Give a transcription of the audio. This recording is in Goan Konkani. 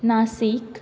नाशीक